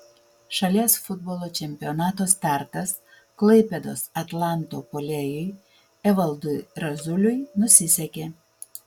šalies futbolo čempionato startas klaipėdos atlanto puolėjui evaldui razuliui nusisekė